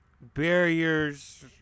barriers